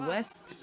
West